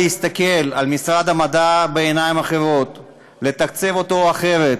להסתכל על משרד המדע בעיניים אחרות ולתקצב אותו אחרת.